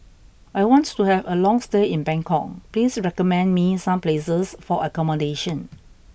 I want to have a long stay in Bangkok please recommend me some places for accommodation